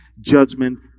judgment